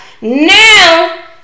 Now